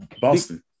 boston